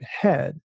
head